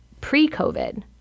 pre-COVID